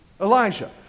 Elijah